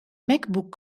macbook